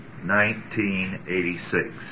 1986